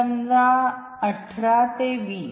समजा 18 ते 20